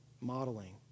Modeling